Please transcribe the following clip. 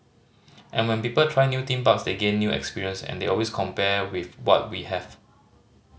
and when people try new theme parks they gain new experience and they always compare with what we have